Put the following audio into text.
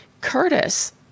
curtis